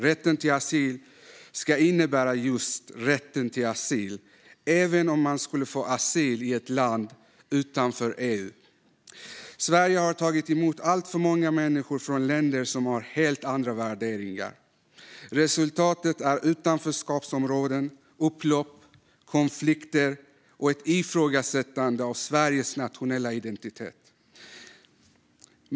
Rätten till asyl ska innebära just rätten till asyl, även om man skulle få asyl i ett land utanför EU. Sverige har tagit emot alltför många människor från länder som har helt andra värderingar. Resultatet är utanförskapsområden, upplopp, konflikter och ett ifrågasättande av Sveriges nationella identitet.